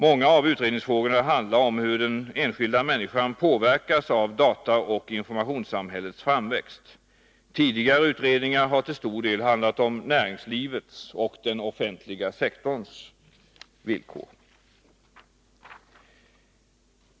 Många av utredningsfrågorna handlar om hur den enskilda människan påverkas av dataoch informationssamhällets framväxt. Tidigare utredningar har till stor del handlat om näringslivets och den offentliga sektorns villkor.